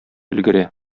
өлгерә